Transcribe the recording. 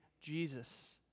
Jesus